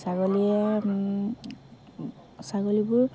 ছাগলীয়ে ছাগলীবোৰ